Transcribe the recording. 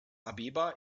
abeba